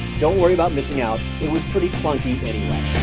don't worry about missing out it was pretty clunky.